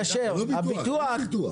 אין ביטוח.